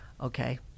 okay